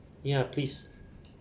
ya please